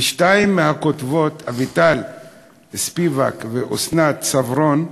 ושתיים מהכותבות, אביטל ספיבק ואסנת סברון,